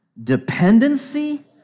Dependency